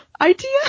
idea